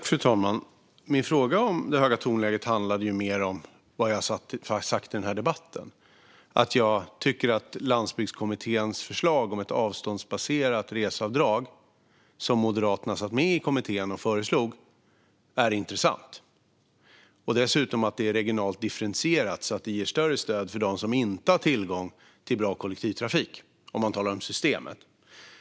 Fru talman! Min fråga om det höga tonläget handlade mer om vad jag har sagt i den här debatten, nämligen att jag tycker att Landsbygdskommitténs förslag om ett avståndsbaserat reseavdrag, som Moderaterna var med om att föreslå, är intressant. Det är dessutom regionalt differentierat så att det ger större stöd till dem som inte har tillgång till bra kollektivtrafik, om vi ska tala om systemet.